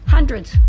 Hundreds